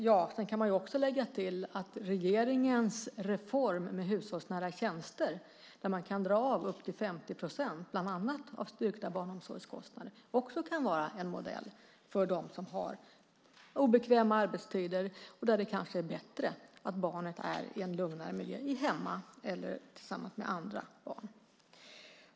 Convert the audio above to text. Man kan lägga till att regeringens reform med hushållsnära tjänster där man kan ha dra av upp till 50 procent av styrkta barnomsorgskostnader också kan vara en modell för dem som har obekväma arbetstider och där det kanske är bättre att barnet är i en lugnare miljö hemma eller tillsammans med andra barn.